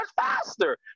faster